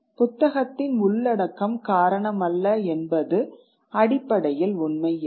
புத்தகத்தின் உள்ளடக்கம் காரணமல்ல என்பது அடிப்படையில் உண்மை இல்லை